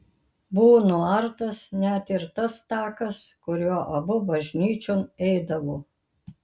buvo nuartas net ir tas takas kuriuo abu bažnyčion eidavo